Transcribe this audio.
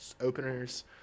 openers